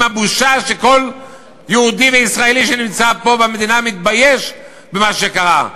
אם הבושה שכל יהודי וישראלי שנמצא פה במדינה מתבייש במה שקרה,